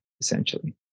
essentially